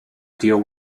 deal